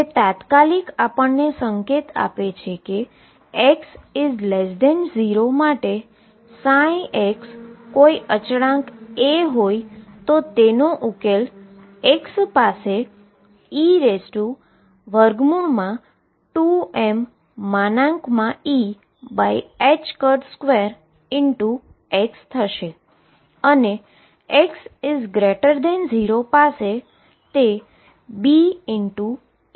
જે તાત્કાલિક સંકેત એ આપે છે કે x 0 માટે ψ કોઈ કોન્સટન્ટ A હોય તો તેનો ઉકેલ પાસે e2mE2x થશે